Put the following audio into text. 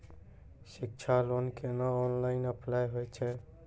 शिक्षा लोन केना online apply होय छै?